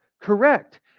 correct